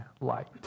light